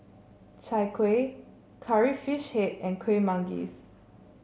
Chai Kueh Curry Fish Head and Kueh Manggis